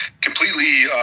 completely